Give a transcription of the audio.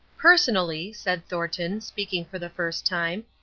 personally, said thornton, speaking for the first time,